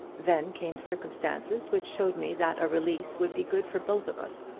then came circumstances which showed me that a release would be good for both of us,